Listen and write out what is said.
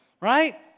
Right